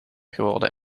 geworden